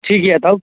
ठीके है तब